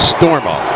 Stormo